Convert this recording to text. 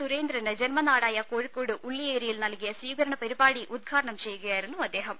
സുരേന്ദ്രന് ജന്മനാടായ കോഴിക്കോട് ഉള്ളിയേരിയിൽ നൽകിയ സ്വീകരണ പരിപാടി ഉദ്ഘാടനം ചെയ്യുകയായിരുന്നു അദ്ദേഹം